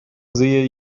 sehe